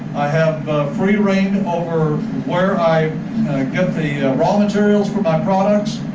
i have free reign over where i get the raw materials for my products.